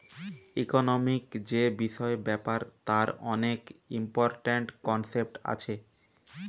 economic যে বিষয় ব্যাপার তার অনেক ইম্পরট্যান্ট কনসেপ্ট আছে